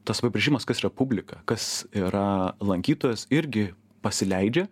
tas apibrėžimas kas yra publika kas yra lankytojas irgi pasileidžia